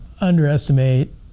underestimate